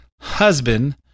husband